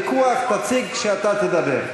ויכוח תציג כשאתה תדבר.